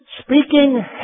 Speaking